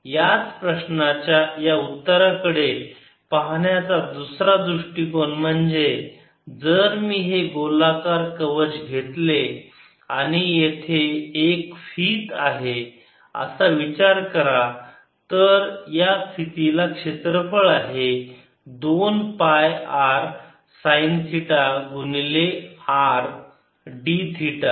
याच प्रश्नाच्या या उत्तराकडे पाहण्याचा दुसरा दृष्टिकोन म्हणजे जर मी हे गोलाकार कवच घेतले आणि येथे एक फीत आहे असा विचार केला तर या फितीला क्षेत्रफळ आहे दोन पाय R साईन थिटा गुणिले R d थिटा